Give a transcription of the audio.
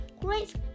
great